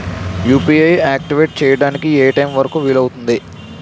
UPI activate చెయ్యడానికి ఏ time వరుకు వీలు అవుతుంది?